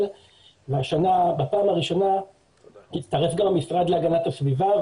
והשנה בפעם הראשונה הצטרף גם המשרד להגנת הסביבה.